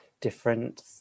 different